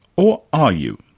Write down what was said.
or are you?